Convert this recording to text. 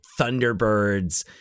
Thunderbirds